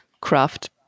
craft